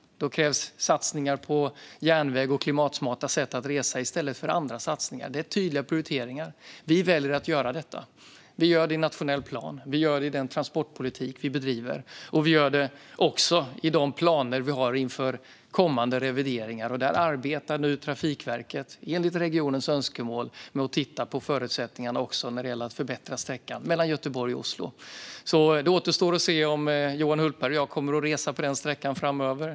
Då krävs satsningar på järnväg och klimatsmarta sätt att resa i stället för andra satsningar. Det är tydliga prioriteringar. Vi väljer att göra detta. Vi gör det i nationell plan, vi gör det i den transportpolitik vi bedriver och vi gör det också i de planer vi har inför kommande revideringar. Där arbetar nu Trafikverket enligt regionens önskemål med att titta på förutsättningarna också när det gäller att förbättra sträckan mellan Göteborg och Oslo. Det återstår att se om Johan Hultberg och jag kommer att resa på den sträckan framöver.